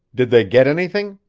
did they get anything?